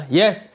yes